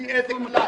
לפי איזה כלל?